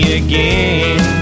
again